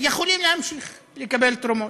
יכול להמשיך לקבל תרומות.